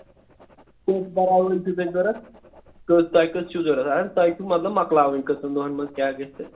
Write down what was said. کٔژ براے وٲلۍ چھِو تۅہہِ ضروٗرت کٔژ تۄہہِ کٔژ چھِو ضروٗرت تۄہہِ چھُو مطلب مۄکلاوٕنۍ کٔژَن دۄہَن منٛز کیٛاہ گژھِ تہٕ